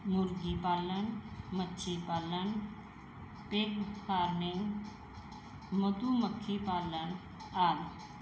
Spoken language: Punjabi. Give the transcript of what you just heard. ਮੁਰਗੀ ਪਾਲਣ ਮੱਛੀ ਪਾਲਣ ਪਿੱਗ ਫਾਰਮਿੰਗ ਮਧੂ ਮੱਖੀ ਪਾਲਣ ਆਦਿ